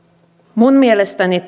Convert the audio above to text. minun mielestäni